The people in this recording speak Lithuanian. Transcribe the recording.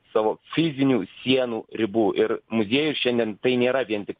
savo fizinių sienų ribų ir muziejus šiandien tai nėra vien tik